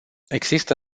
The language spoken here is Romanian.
există